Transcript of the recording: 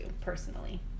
personally